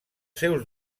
seus